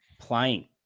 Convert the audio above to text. playing